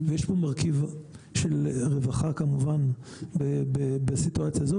ויש פה מרכיב של רווחה כמובן בסיטואציה הזו,